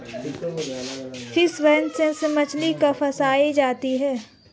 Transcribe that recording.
fish wheel से मछली फँसायी जाती है